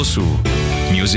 music